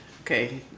Okay